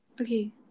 Okay